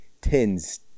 tens